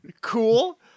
Cool